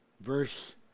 verse